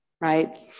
right